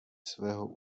svého